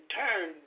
turn